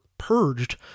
purged